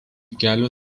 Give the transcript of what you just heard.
kelio